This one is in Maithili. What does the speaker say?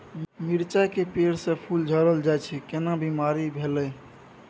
मिर्चाय के पेड़ स फूल झरल जाय छै केना बीमारी भेलई?